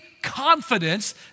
confidence